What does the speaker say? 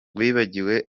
wibagiwe